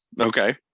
okay